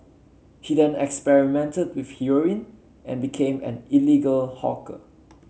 he then experimented with heroin and became an illegal hawker